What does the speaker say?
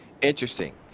Interesting